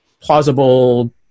plausible